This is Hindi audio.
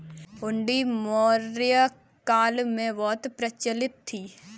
हुंडी मौर्य काल में बहुत प्रचलित थी